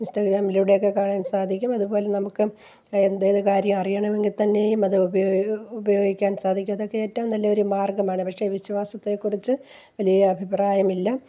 ഇൻസ്റ്റഗ്രാമിലൂടെയൊക്കെ കാണാൻ സാധിക്കും അതുപോലെ നമുക്ക് എന്തൊരു കാര്യം അറിയണമെങ്കില്ത്തന്നെയും അത് ഉപയോ ഉപയോഗിക്കാൻ സാധിക്കും അതൊക്കെ ഏറ്റവും നല്ലൊരു മാർഗ്ഗമാണ് പക്ഷേ വിശ്വാസത്തെക്കുറിച്ച് വലിയ അഭിപ്രായമില്ല